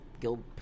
Go